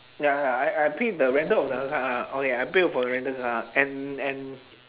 ya ya I I paid the rental of the car okay I paid for the rental car and and